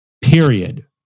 Period